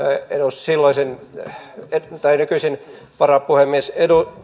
nykyisen varapuhemies